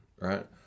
right